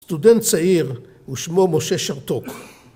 סטודנט צעיר, ושמו משה שרתוק.